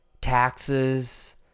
taxes